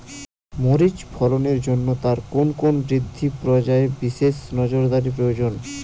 মরিচ ফলনের জন্য তার কোন কোন বৃদ্ধি পর্যায়ে বিশেষ নজরদারি প্রয়োজন?